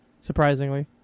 surprisingly